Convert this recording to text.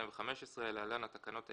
התשע"ה-2015 (להלן התקנות העיקריות),